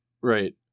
Right